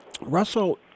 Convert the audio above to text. Russell